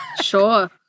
Sure